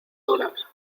horas